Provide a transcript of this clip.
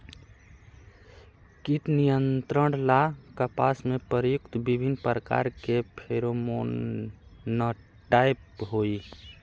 कीट नियंत्रण ला कपास में प्रयुक्त विभिन्न प्रकार के फेरोमोनटैप होई?